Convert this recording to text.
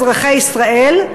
אזרחי ישראל,